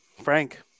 Frank